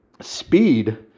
speed